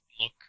look